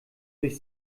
durch